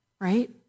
right